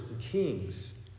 kings